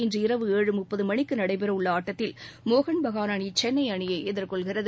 இன்று இரவு ஏழு முப்பது மணிக்கு நடைபெறவுள்ள ஆட்டத்தில் மோகன் பகான் அணி சென்னை அணியை எதிர்கொள்கிறது